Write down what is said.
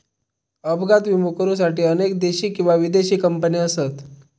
अपघात विमो करुसाठी अनेक देशी किंवा विदेशी कंपने असत